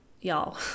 y'all